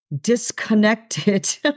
disconnected